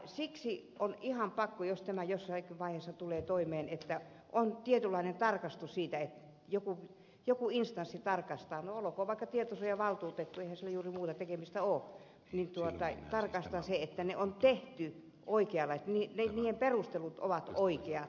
siksi on ihan pakko jos tämä jossain vaiheessa tulee voimaan että on tietynlainen tarkastus siitä että joku instanssi tarkastaa no olkoon vaikka tietosuojavaltuutettu eihän sillä juuri muuta tekemistä ole sen että ne on tehty oikein eli että turvaluokituksen perustelut ovat oikeat